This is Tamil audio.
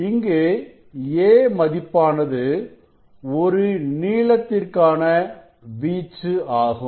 இங்கு a மதிப்பானது ஒரு நீளத்திற்கான வீச்சு ஆகும்